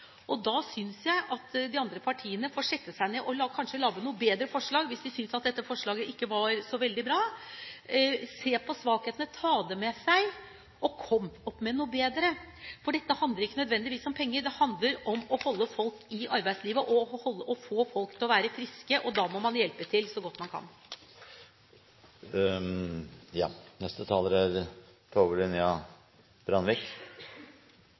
Da synes jeg at de andre partiene får sette seg ned og kanskje lage noen bedre forslag hvis de synes at dette forslaget ikke var så veldig bra – se på svakhetene, ta det med seg og komme opp med noe bedre. Dette handler ikke nødvendigvis om penger, det handler om å holde folk i arbeidslivet og få folk friske. Da må man hjelpe til så godt man kan. Representanten Gullvåg sa tidligere i debatten at det er